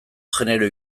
genero